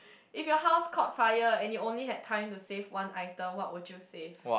if your house caught fire and you only had time to save one item what would you save